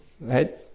Right